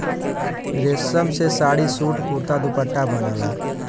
रेशम से साड़ी, सूट, कुरता, दुपट्टा बनला